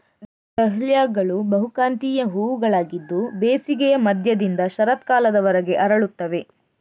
ಡಹ್ಲಿಯಾಗಳು ಬಹುಕಾಂತೀಯ ಹೂವುಗಳಾಗಿದ್ದು ಬೇಸಿಗೆಯ ಮಧ್ಯದಿಂದ ಶರತ್ಕಾಲದವರೆಗೆ ಅರಳುತ್ತವೆ